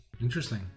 Interesting